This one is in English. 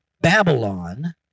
Babylon